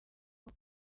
bwo